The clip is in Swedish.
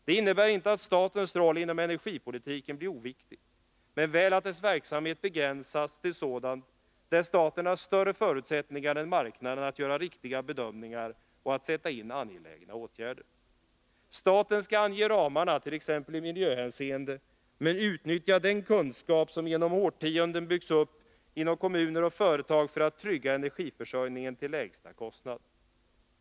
Detta innebär inte att statens roll inom energipolitiken blir oviktig men väl att dess verksamhet begränsas till sådant, där staten har större förutsättningar än marknaden att göra riktiga bedömningar och att sätta in angelägna åtgärder. Staten skall ange ramarna, t.ex. i miljöhänseenden, men utnyttja den kunskap som genom årtionden byggts upp inom kommuner och företag för att trygga energiförsörjningen till lägsta kostnad.